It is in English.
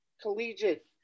collegiate